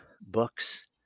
books